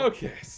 Okay